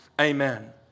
amen